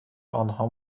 آنها